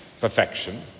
perfection